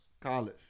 college